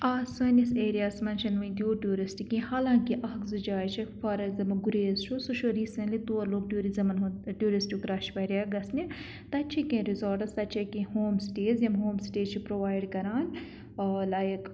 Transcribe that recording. آ سٲنِس ایرِیاہَس منٛز چھِنہٕ وٕنہِ تیوٗت ٹوٗرِسٹ کینٛہہ حالانکہ اَکھ زٕ جاے چھِ فار ایکزامپٕل گُریز سُہ چھُ ریٖسَنٹلی تور لوٚگ ٹوٗرِزَمَن ہُنٛد ٹوٗرِسٹُک رَش واریاہ گژھنہِ تَتہِ چھِ کینٛہہ رِزاٹٕز تَتہِ چھِ کینٛہہ ہوم سٹیز یِم ہوم سٹیز چھِ پرٛوایڈ کَران لایک